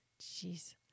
Jeez